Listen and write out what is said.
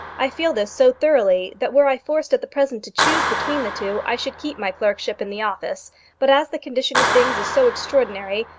i feel this so thoroughly that were i forced at the present to choose between the two i should keep my clerkship in the office but as the condition of things is so extraordinary,